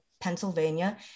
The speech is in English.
Pennsylvania